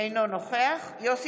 אינו נוכח יוסף